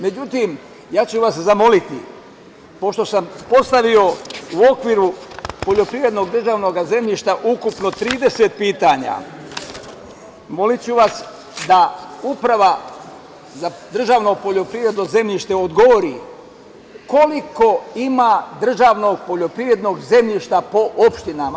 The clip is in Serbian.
Međutim, ja ću vas zamoliti, pošto sam postavio u okviru poljoprivrednog državnog zemljišta ukupno 30 pitanja, da Uprava za državno poljoprivredno zemljište odgovori koliko ima državnog poljoprivrednog zemljišta po opštinama?